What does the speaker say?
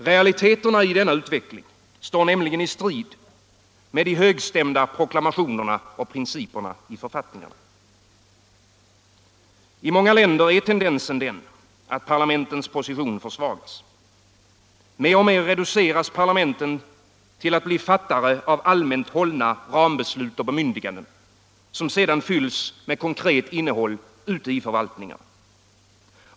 Realiteterna i denna utveckling står nämligen i strid med de högstämda proklamationerna och principerna i författningarna. I många länder är tendensen den, att parlamentens position försvagas. Mer och mer reduceras parlamenten till att bli fattare av allmänt hålla rambeslut och bemyndiganden, som sedan fylls med konkret innehåll ute i förvaltningarna.